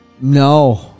No